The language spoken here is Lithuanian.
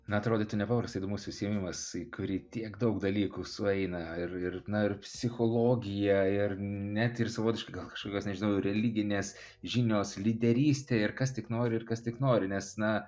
na atrodytų nepaprastai įdomus užsiėmimas į kurį tiek daug dalykų sueina ir ir na ir psichologija ir net ir savotiška gal kašokios nežinau religinės žinios lyderystė ir kas tik nori ir kas tik nori nes na